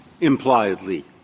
impliedly